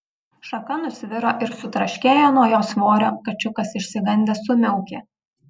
šaka nusviro ir sutraškėjo nuo jo svorio kačiukas išsigandęs sumiaukė